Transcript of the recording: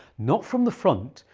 not from the front,